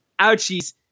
ouchies